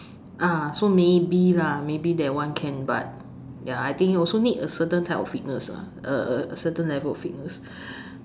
ah so maybe lah maybe that one can but ya I think also need a certain type of fitness lah a a certain level of fitness